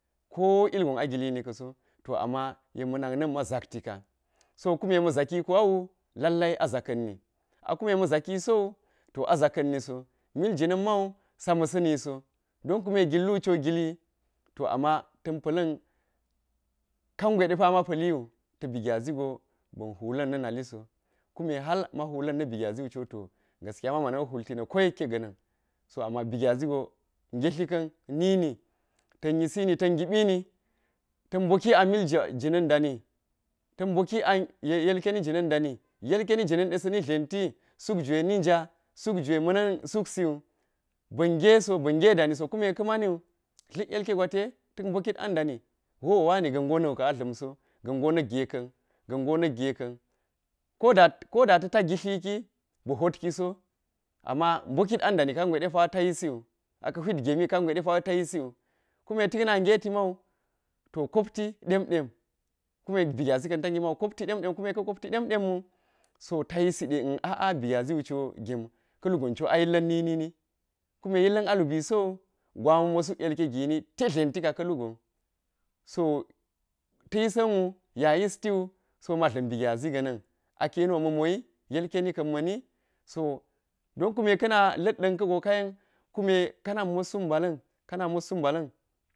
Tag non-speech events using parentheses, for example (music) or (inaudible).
Ko ilgon a gilini ka̱so to ama yek ma̱ na̱n ma zaktika, so kume ma̱ zaki kuwa lallai a zaka̱nni, a kume ma̱ zakiso a zaka̱nniso mil jina̱n man sa ma̱sa̱ni so don kume gil lu ciwo gilwi to ama tan pa̱la̱n kangwe de pa ma pa̱liwu ta bi gyazi go ba̱n hwula̱n na naliso, kume hal ma hwula̱n na̱bi gyazi wu ciwo go gaskiya ma mana̱n hwulti na̱ ko yekke ga̱na̱n to ama bi gyazi go ngetti ka̱n nini ta̱n yisini ta̱n ngiɓini ta̱n mboki an jwa jina̱n dani, ta̱n mboki an yelke yilkeni jina̱n dani, yelkeni de sa̱ni dlenti, suk jwe ni jna, suk jwe ma̱ ma̱n suksiwu ba̱n nge so ba̱n nge dani so kuma ka̱ maniwu dla̱tl yeke gwate ta̱k mbokit anda ni hwohwo wani ga̱ngo nu ka̱n a dla̱m so ga̱n go na̱k ge ka̱n ga̱ngo na̱k ge ka̱n koda koda ta̱ ta gitli ki ba̱ hwotkiso ama mbokin anda ni kangwe ta yisi wu, a ka̱ hwit gemi kangwe depa ta yisiwu kume tik na nge timau to kopti ɗem ɗem kume bi gyazi ka̱n ta nge mau kopti ɗem ɗem kume ka̱ kopti ɗem ɗem wu so tayisi ɗe (hesitation) aa bi gyazi wu co ka̱lu gon co a yilla̱nni, kume a yilla̱n a lubi so gwa a ma̱ mo suk yelke gini te dlentika ka̱lu gon, so ta̱ yisa̱n wu ya yis tiwu so ma dla̱m bi gyazi ga̱ na̱n akɛ yeni wo ma̱ mowi yelkeni kau ma̱ni, so don kume ka̱na la̱d ɗa̱nka̱ go kayen kume ka̱na mot suk mbala̱m ka̱na mot suk mbala̱n